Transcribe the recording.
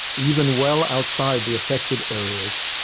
even well outside the affected areas,